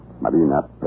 Marina